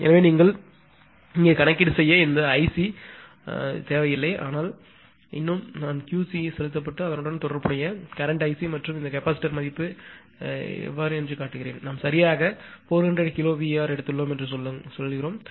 எனவே நீங்கள் இங்கே கணக்கீடு செய்ய இந்த ஐசி உண்மையில் தேவையில்லை ஆனால் இன்னும் நான் கியூசி செலுத்தப்பட்டு அதனுடன் தொடர்புடைய கரண்ட்ஐசி மற்றும் இந்த கெபாசிட்டர் மதிப்பு என்று காட்டுகிறேன் நாம் சரியாக 400 கிலோ VAr எடுத்துள்ளோம் என்று சொல்லுங்கள்